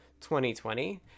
2020